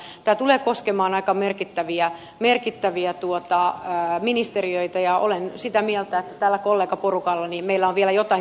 tämä tulee koskemaan aika merkittäviä ministeriöitä ja olen sitä mieltä että tällä kollegaporukalla meillä on vielä jotain tehtävissä